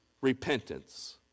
repentance